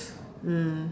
mm